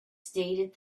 stated